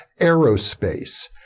Aerospace